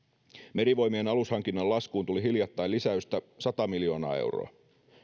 merivoimien alushankinnan laskuun tuli hiljattain lisäystä sata miljoonaa euroa